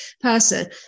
person